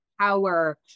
power